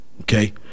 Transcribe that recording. okay